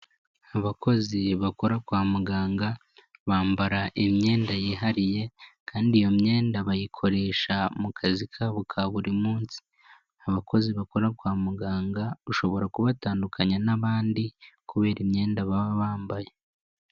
Abakozi bakora kwa muganga, bambara imyenda yihariye kandi iyo myenda bayikoresha mu kazi kabo ka buri munsi. Abakozi bakora kwa muganga, ushobora kubatandukanya n'abandi kubera imyenda baba bambaye.